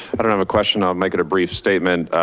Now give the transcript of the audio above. i don't have a question, i'll make it a brief statement.